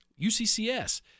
UCCS